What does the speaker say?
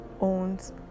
owns